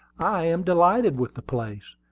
i am delighted with the place,